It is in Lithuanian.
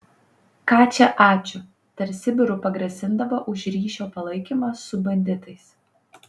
ką čia ačiū dar sibiru pagrasindavo už ryšio palaikymą su banditais